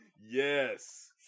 Yes